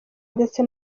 ndetse